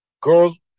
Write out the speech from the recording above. girls